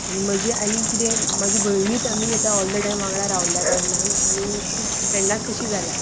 आनी कितें म्हजें आनी कितें म्हज्यो भयणीट आमी ऑल द टायम गांवडा रावल्या कारणान आमी खूब फ्रेंडाच कशीं जाल्या